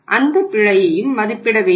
அந்த பிழையையும் மதிப்பிட வேண்டும்